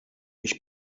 ich